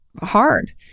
hard